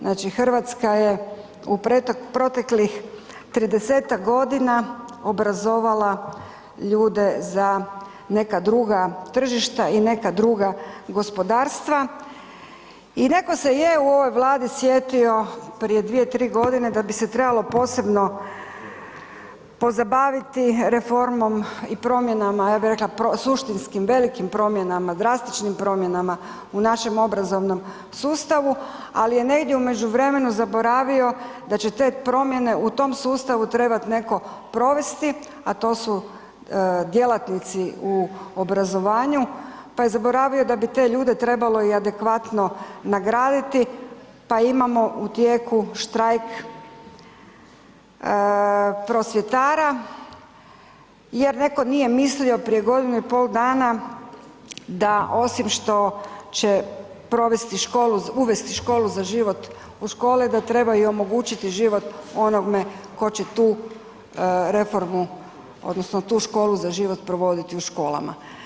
Znači Hrvatska je u proteklih 30-ak godina obrazovala ljude za neka druga tržišta i neka druga gospodarstva i netko se je u ovoj Vladi sjetio prije 2, 3 g. da bi se trebalo posebno pozabaviti reformom i promjenama ja bi rekla suštinskim, velikim promjenama, drastičnim promjenama u našem obrazovnom sustavu ali je negdje u međuvremenu zaboravio da će te promjene u tom sustavu trebat netko provesti a to su djelatnici u obrazovanju pa je zaboravio da bi te ljude trebalo i adekvatno nagraditi pa imamo u tijeku štrajk prosvjetara jer neko nije mislio prije godinu i pol dana da osim što će uvesti „Školu za život“ u škole da trebaju omogućiti život onome tko će tu reformu odnosno tu „Školu za život“ provoditi u školama.